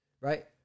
right